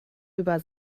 über